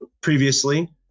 previously